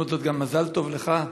בהזדמנות זו גם מזל טוב לך.